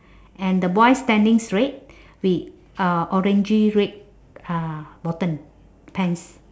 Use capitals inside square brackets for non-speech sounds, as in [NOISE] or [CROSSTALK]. and the boy standing straight [BREATH] with uh orangey red uh bottom pants